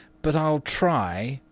but i'll try